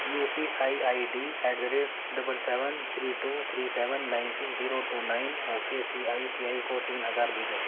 you P I I D at the rate double seven three two three seven nine six zero two nine okay C I C I کو تین ہزار بھیجو